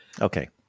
Okay